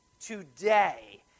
today